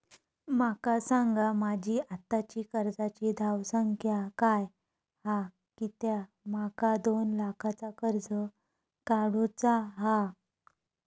माका सांगा माझी आत्ताची कर्जाची धावसंख्या काय हा कित्या माका दोन लाखाचा कर्ज काढू चा हा?